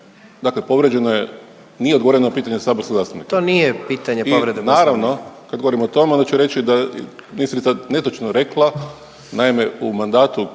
dakle povrijeđeno je, nije odgovoreno na pitanje saborskog zastupnika. .../Upadica: To nije pitanje povrede Poslovnika./... I naravno, kad govorimo o tome, onda ću reći da ministrica netočno rekla, naime, u mandatu, kad